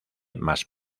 más